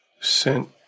sent